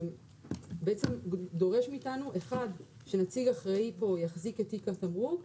בעצם דורש מאיתנו אחד שנציג אחראי פה יחזיק את תיק התמרוק,